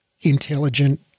intelligent